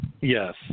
Yes